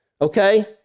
Okay